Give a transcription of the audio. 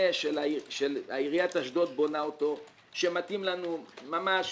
מבנה שעיריית אשדוד בונה שמתאים לנו ממש.